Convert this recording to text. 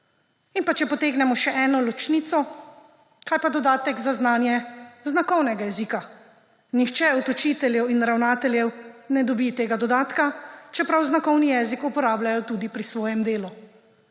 In če potegnemo še eno ločnico – kaj pa dodatek za znanje znakovnega jezika? Nihče od učiteljev in ravnateljev ne dobi tega dodatka, čeprav znakovni jezik uporabljajo tudi pri svojem delu.